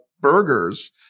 burgers